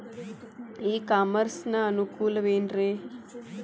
E commerce ನ ಅನುಕೂಲವೇನ್ರೇ?